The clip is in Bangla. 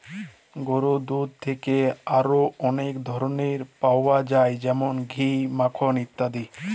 গরুর দুহুদ থ্যাকে আর অলেক ধরলের পাউয়া যায় যেমল ঘি, মাখল ইত্যাদি